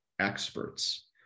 experts